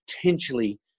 potentially